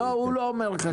הוא לא אומר את זה.